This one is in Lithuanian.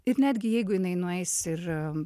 ir netgi jeigu jinai nueis ir a